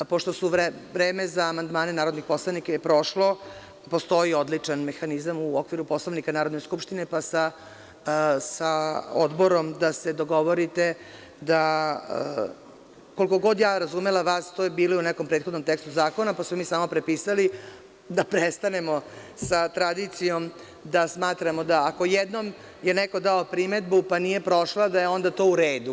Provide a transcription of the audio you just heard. Pošto je vreme za amandmane narodnih poslanika prošlo, postoji odličan mehanizam u okviru Poslovnika Narodne skupštine pa sa odborom da se dogovorite da koliko god ja razumela vas to je bilo u nekom prethodnom tekstu zakona, pa smo mi samo prepisali da prestanemo sa tradicijom da smatramo da ako jednom je neko dao primedbu pa nije prošlo, da je onda to u redu.